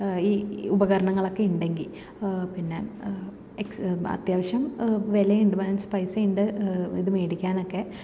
ഈ ഉപകാരണങ്ങളക്കെയുണ്ടെങ്കിൽ പിന്നെ അത്യാവശ്യം വിലയുണ്ട് മീൻസ് പൈസേണ്ട് ഇത് മേടിക്കാനക്കെ